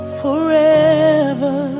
forever